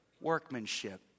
workmanship